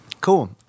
cool